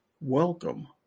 Welcome